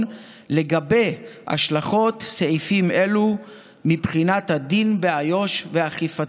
לגבי השלכות סעיפים אלו מבחינת הדין באיו"ש ואכיפתו.